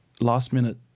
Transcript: last-minute